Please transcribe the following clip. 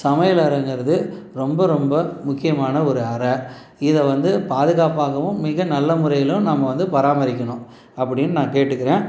சமையலறைங்கறது ரொம்ப ரொம்ப முக்கியமான ஒரு அறை இதை வந்து பாதுகாப்பாகவும் மிக நல்ல முறையிலும் நம்ம வந்து பராமரிக்கணும் அப்படின்னு நான் கேட்டுக்கிறேன்